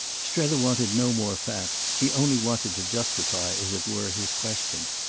strether wanted no more facts he only wanted to justify, as it were, his question.